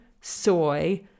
soy